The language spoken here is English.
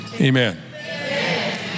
amen